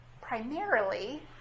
primarily